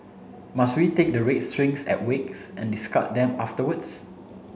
must we take the string at wakes and discard them afterwards